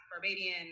Barbadian